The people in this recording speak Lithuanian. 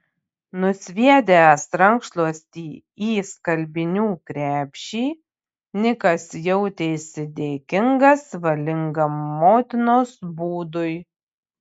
nusviedęs rankšluostį į skalbinių krepšį nikas jautėsi dėkingas valingam motinos būdui